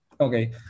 Okay